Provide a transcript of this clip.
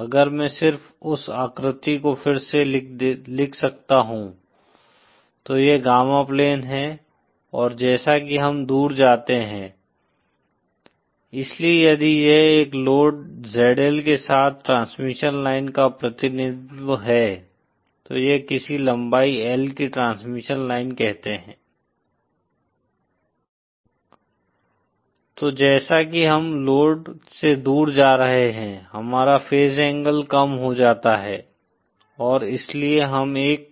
अगर मैं सिर्फ उस आकृति को फिर से लिख सकता हूं तो यह गामा प्लेन है और जैसा कि हम दूर जाते हैं इसलिए यदि यह एक लोड ZL के साथ ट्रांसमिशन लाइन का प्रतिनिधित्व है तो यह किसी लंबाई L की ट्रांसमिशन लाइन कहते है तो जैसा कि हम लोड से दूर जा रहे हैं हमारा फेज एंगल कम हो जाता है और इसलिए हम एक